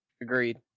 Agreed